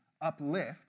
uplift